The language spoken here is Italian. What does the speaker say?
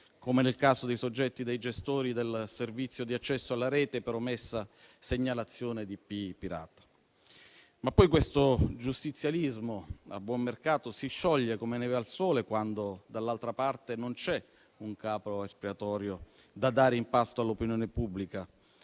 come nel caso dei gestori del servizio di accesso alla rete per omessa segnalazione di IP pirata. Ma poi questo giustizialismo a buon mercato si scioglie come neve al sole quando, dall'altra parte, non c'è un capro espiatorio da dare in pasto all'opinione pubblica